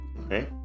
Okay